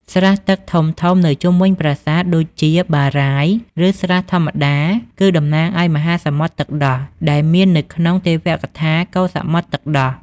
ស្រះទឹកធំៗនៅជុំវិញប្រាសាទ ដូចជាបារាយណ៍ ឬស្រះធម្មតា គឺតំណាងឲ្យ មហាសមុទ្រទឹកដោះ ដែលមាននៅក្នុងទេវកថាកូរសមុទ្រទឹកដោះ។